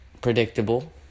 predictable